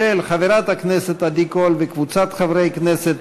של חברת הכנסת עדי קול וקבוצת חברי הכנסת.